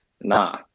nah